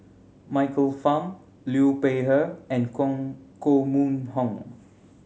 Michael Fam Liu Peihe and Koh Mun Hong